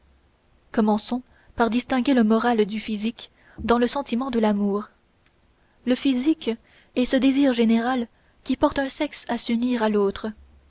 commençons par distinguer le moral du physique dans le sentiment de l'amour le physique est ce désir général qui porte un sexe à s'unir à l'autre